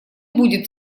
будет